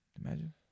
imagine